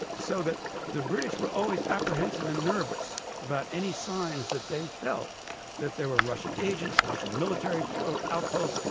so that the british were always apprehensive and nervous about any signs that they felt that there were russian agents, russian military outposts,